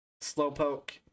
Slowpoke